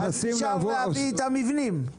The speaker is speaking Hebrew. אז נשאר להביא את המבנים.